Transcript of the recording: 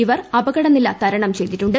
ഇവർ അപകടനില തരണം ചെയ്തിട്ടുണ്ട്